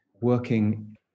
working